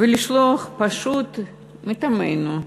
לשלוח פשוט מטעמנו,